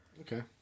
Okay